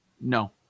No